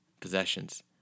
possessions